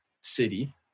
City